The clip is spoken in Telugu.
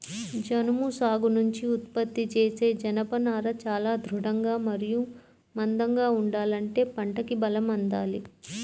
జనుము సాగు నుంచి ఉత్పత్తి చేసే జనపనార చాలా దృఢంగా మరియు మందంగా ఉండాలంటే పంటకి బలం అందాలి